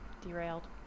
derailed